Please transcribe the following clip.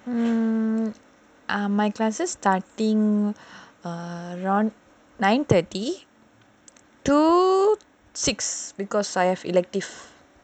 mm my classes starting around nine thirty to six because I have elective